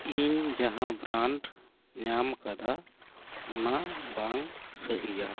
ᱤᱧ ᱡᱟᱦᱟᱸ ᱵᱨᱟᱱᱰ ᱧᱟᱢ ᱠᱟᱫᱟ ᱚᱱᱟ ᱵᱟᱝ ᱥᱟᱹᱦᱤᱭᱟ